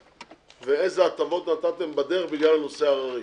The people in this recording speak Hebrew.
ואיזה הטבות נתתם בדרך בגלל הנושא ההררי.